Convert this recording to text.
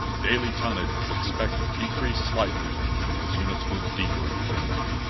daily tonnage was expected to decrease slightly as units moved deeper into germany.